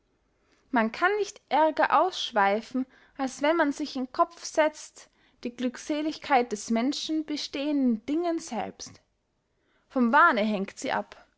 man kann nicht ärger ausschweifen als wenn man sich in kopf setzt die glückseligkeit des menschen besteh in den dingen selbst vom wahne hängt sie ab